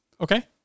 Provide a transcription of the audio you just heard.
Okay